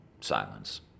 silence